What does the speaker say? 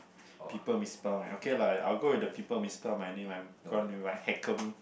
people misspell okay lah I will go with the people misspell my name I'm gonna be like Hekam